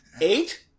eight